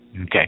Okay